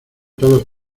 todos